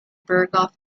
berghoff